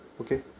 Okay